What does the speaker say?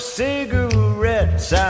cigarettes